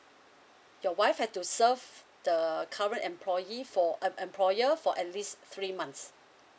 your wife had to served the current employee for em~ employer for at least three months